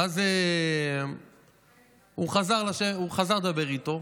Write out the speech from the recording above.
ואז הוא חזר לדבר איתו,